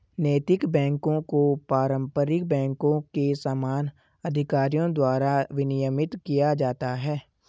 नैतिक बैकों को पारंपरिक बैंकों के समान अधिकारियों द्वारा विनियमित किया जाता है